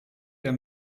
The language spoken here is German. der